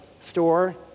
store